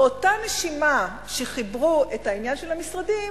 באותה נשימה שחיברו את העניין של המשרדים,